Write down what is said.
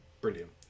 brilliant